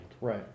Right